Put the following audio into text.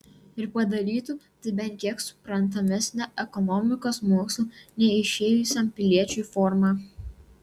ir padarytų tai bent kiek suprantamesne ekonomikos mokslų neišėjusiam piliečiui forma